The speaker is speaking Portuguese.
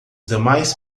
demais